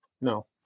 No